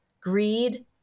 greed